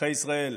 אזרחי ישראל,